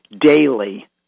daily